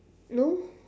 no